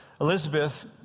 Elizabeth